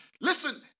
listen